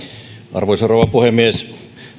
arvoisa rouva puhemies